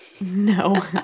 No